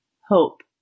Hope